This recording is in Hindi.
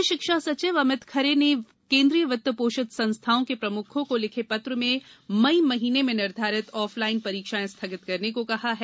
उच्च शिक्षा सचिव अमित खरे ने केन्द्रीय वित्त पोषित संस्थाओं के प्रमुखों को लिखे पत्र में मई महीने में निर्धारित ऑफलाइन परीक्षाएं स्थगित करने को कहा है